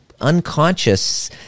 unconscious